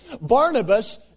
Barnabas